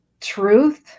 Truth